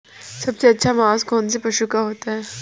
सबसे अच्छा मांस कौनसे पशु का होता है?